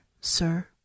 sir